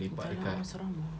dalam house seram hor